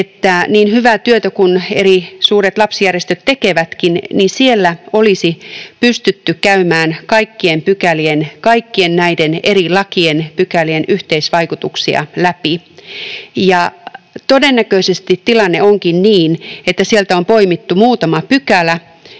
niin hyvää työtä kuin suuret lapsijärjestöt tekevätkin, että siellä olisi pystytty käymään kaikkien näiden eri lakien pykälien yhteisvaikutuksia läpi. Todennäköisesti tilanne onkin niin, että sieltä on poimittu muutama pykälä,